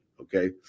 Okay